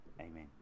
Amen